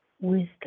wisdom